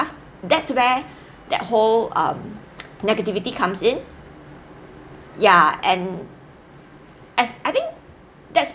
that's where that whole um negativity comes in ya and as I think that's